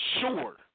sure